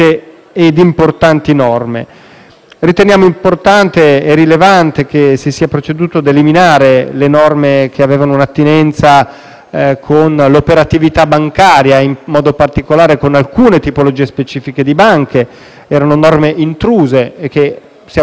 Riteniamo importante e rilevante che si sia proceduto a eliminare le norme che avevano un'attinenza con l'operatività bancaria e, in modo particolare, con alcune tipologie specifiche di banche: erano norme intruse che siamo lieti siano state accantonate